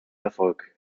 erfolg